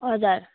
हजुर